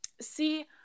see